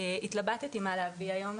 התלבטתי מה להביא היום,